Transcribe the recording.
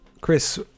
Chris